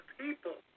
people